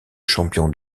champion